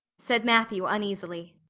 said matthew uneasily.